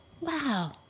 Wow